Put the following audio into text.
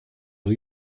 new